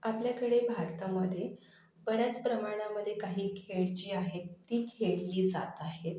आपल्याकडे भारतामध्ये बऱ्याच प्रमाणामध्ये काही खेळ जी आहेत ती खेळली जात आहेत